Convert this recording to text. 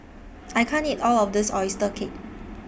I can't eat All of This Oyster Cake